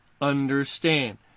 understand